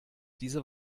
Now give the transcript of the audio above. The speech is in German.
diese